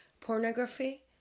pornography